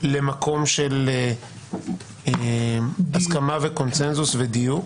למקום של הסכמה, קונצנזוס ודיוק.